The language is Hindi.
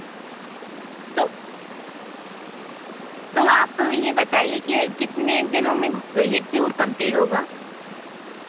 तो तो आप ये बताइए कि ये कितने दिनों में ये टूर कंप्लीट होगा